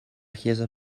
chiesa